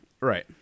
Right